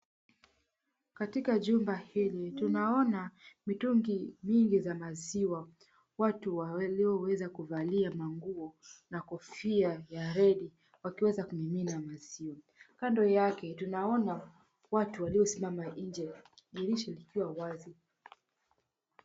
Katika jumba hili tunaona mitungi mingi za maziwa, watu walioweza kuvalia nguo na kofia ya red wakiweza kumimina maziwa. Kando yake tunaona mikoba watu waliosimama nje dirisha likiwa wazi.